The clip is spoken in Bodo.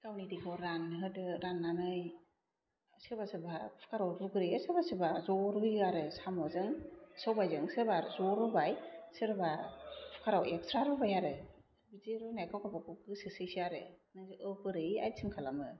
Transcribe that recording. गावनि दैखौ रानहोदो राननानै सोरबा सोरबा कुखाराव रुग्रोयो सोरबा सोरबा ज' रुयो आरो साम'जों सबायजों सोरबा ज' रुबाय सोरबा खुखारआव एकस्रा रुबाय आरो बिदि रुनाया गाव गाबागाव गोसोसैसो आरो नों बोरै आइथेम खालामो